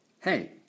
Hey